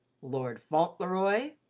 lord fauntleroy,